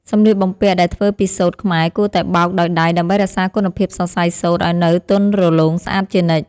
សម្លៀកបំពាក់ដែលធ្វើពីសូត្រខ្មែរគួរតែបោកដោយដៃដើម្បីរក្សាគុណភាពសរសៃសូត្រឱ្យនៅទន់រលោងស្អាតជានិច្ច។